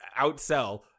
outsell